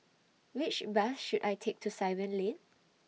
Which Bus should I Take to Simon Lane